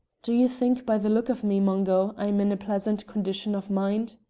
do ye think, by the look of me, mungo, i'm in a pleasant condition of mind?